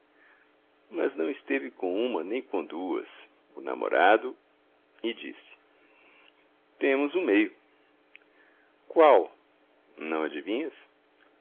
mas não esteve com uma nem com duas o namorado e disse temos um meio qual não adivinhas